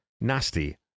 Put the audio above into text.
nasty